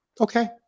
Okay